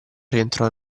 rientrò